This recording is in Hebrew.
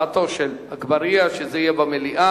זה בעד הצעתו של אגבאריה שזה יהיה במליאה,